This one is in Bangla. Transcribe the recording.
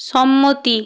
সম্মতি